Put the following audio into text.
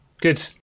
Good